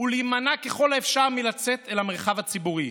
ולהימנע ככל האפשר מלצאת אל המרחב הציבורי.